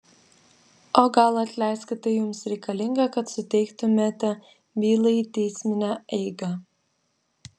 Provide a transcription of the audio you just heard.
o gal atleiskit tai jums reikalinga kad suteiktumėte bylai teisminę eigą